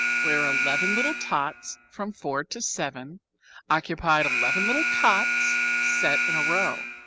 where eleven little tots, from four to seven occupied eleven little cots set in a row.